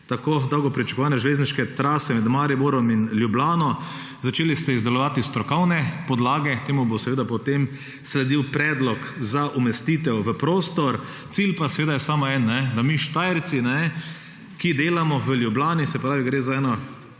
tako dolgo pričakovane železniške trase med Mariborom in Ljubljano. Začeli ste izdelovati strokovne podlage, temu bo seveda potem sledil predlog za umestitev v prostor. Cilj pa je samo en – da se nam Štajercem, ki delamo v Ljubljani, gre za eno